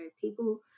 people